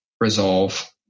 resolve